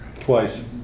twice